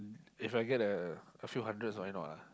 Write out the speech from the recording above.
If I get a a few hundreds why not ah